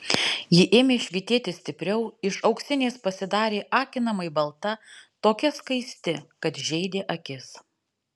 ji ėmė švytėti stipriau iš auksinės pasidarė akinamai balta tokia skaisti kad žeidė akis